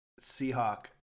Seahawk